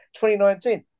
2019